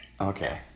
okay